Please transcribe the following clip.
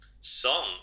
song